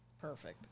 perfect